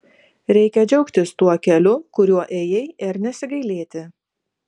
reikia džiaugtis tuo keliu kuriuo ėjai ir nesigailėti